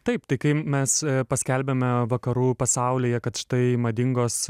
taip tai kai mes paskelbiame vakarų pasaulyje kad štai madingos